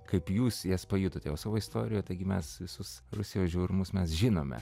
kaip jūs jas pajutote o savo istorijoj taigi mes visus rusijos žiaurumus mes žinome